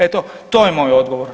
Eto, to je moj odgovor.